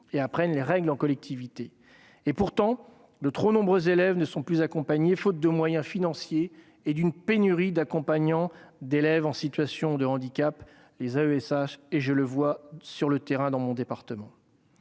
et y apprennent les règles de la vie en collectivité. Pourtant, de trop nombreux élèves ne sont plus accompagnés, faute de moyens financiers et d'une pénurie d'accompagnants d'élèves en situation de handicap (AESH)- je le constate dans mon département.